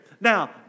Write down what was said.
Now